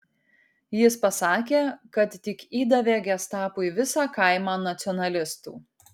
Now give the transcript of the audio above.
jis pasakė kad tik įdavė gestapui visą kaimą nacionalistų